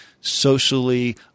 socially